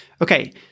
Okay